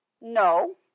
No